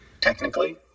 Technically